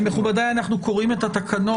מכובדיי, אנחנו קוראים את התקנות.